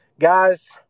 guys